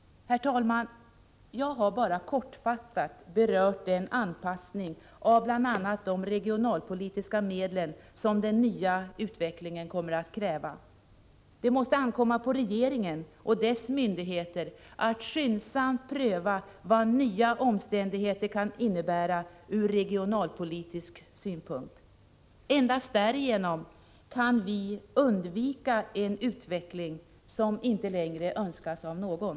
Herr talman! Jag har bara kortfattat berört den anpassning av bl.a. de regionalpolitiska medlen som den nya utvecklingen kommer att kräva. Det måste ankomma på regeringen och dess myndigheter att skyndsamt pröva vad nya omständigheter kan innebära ur regionalpolitisk synpunkt. Endast därigenom kan vi undvika en utveckling som inte längre önskas av någon.